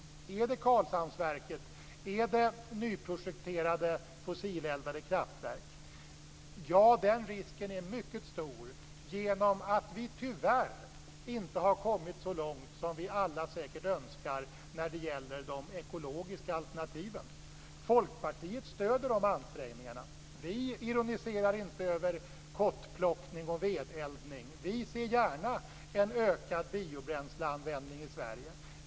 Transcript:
Är det Karlshamnsverket och nyprojekterade fossileldade kraftverk? Den risken är mycket stor genom att vi tyvärr inte har kommit så långt som vi alla önskar när det gäller de ekologiska alternativen. Folkpartiet stöder de ansträngningarna. Vi ironiserar inte över kottplockning och vedeldning. Vi ser gärna en ökad biobränsleanvändning i Sverige.